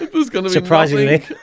surprisingly